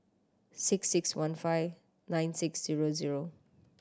six six one five nine six zero zero